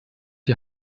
die